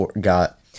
got